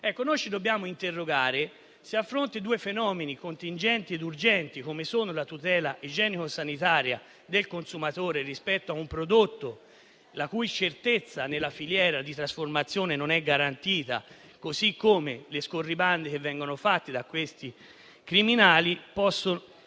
Noi ci dobbiamo interrogare se due fenomeni contingenti e urgenti, come la tutela igienico-sanitaria del consumatore rispetto a un prodotto la cui certezza nella filiera di trasformazione non è garantita e le scorribande di criminali,